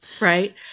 right